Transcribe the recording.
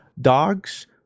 dogs